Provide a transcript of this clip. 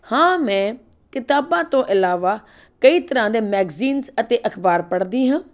ਹਾਂ ਮੈਂ ਕਿਤਾਬਾਂ ਤੋਂ ਇਲਾਵਾ ਕਈ ਤਰ੍ਹਾਂ ਦੇ ਮੈਗਜ਼ੀਨਸ ਅਤੇ ਅਖਬਾਰ ਪੜ੍ਹਦੀ ਹਾਂ